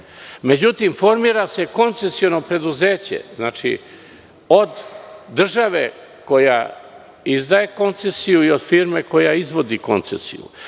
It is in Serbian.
sredstva.Međutim, formira se koncesiono preduzeće od države, koja izdaje koncesiju, i od firme koja izvodi koncesiju.